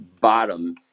bottom